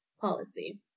policy